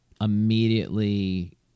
immediately